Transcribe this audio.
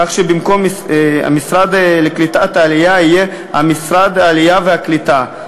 כך שבמקום "המשרד לקליטת העלייה" יהיה "משרד העלייה והקליטה",